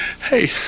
Hey